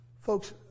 Folks